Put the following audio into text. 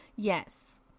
Yes